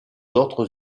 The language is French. autres